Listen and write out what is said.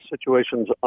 situations